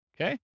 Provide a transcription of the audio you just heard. Okay